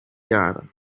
jaren